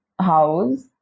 house